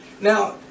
Now